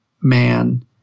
man